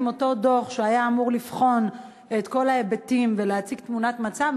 עם אותו דוח שהיה אמור לבחון את כל ההיבטים ולהציג תמונת מצב.